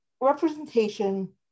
Representation